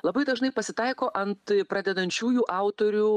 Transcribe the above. labai dažnai pasitaiko ant pradedančiųjų autorių